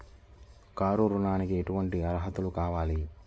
Car ఋణంకి ఎటువంటి అర్హతలు కావాలి?